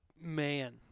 Man